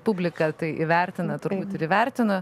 publika tai įvertina turbūt ir įvertino